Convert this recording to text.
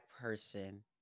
person